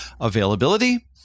availability